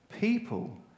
people